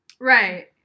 Right